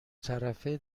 طرفه